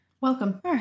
welcome